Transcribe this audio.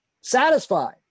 satisfied